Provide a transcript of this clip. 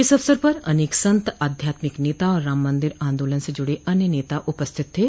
इस अवसर पर अनेक संत आध्यात्मिक नेता और राम मन्दिर आन्दोलन से जुडे अन्य नेता उपस्थित थे